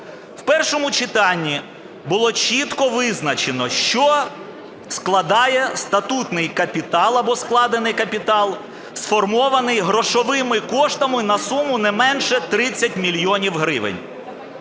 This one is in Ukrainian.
В першому читанні було чітко визначено, що складає статутний капітал або складений капітал, сформований грошовими коштами на суму не менше 30 мільйонів гривень.